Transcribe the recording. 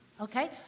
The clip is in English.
Okay